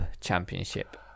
championship